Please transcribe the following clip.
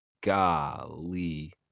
Golly